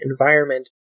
environment